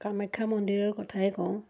কামাখ্যা মন্দিৰৰ কথাই কওঁ